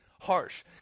harsh